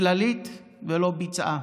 כללית ולא ביצעה.